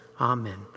Amen